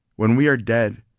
when we are dead,